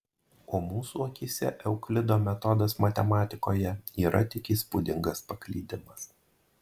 o mūsų akyse euklido metodas matematikoje yra tik įspūdingas paklydimas